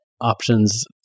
options